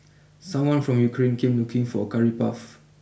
someone from Ukraine came looking for Curry Puff